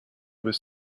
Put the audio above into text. was